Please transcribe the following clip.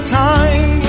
time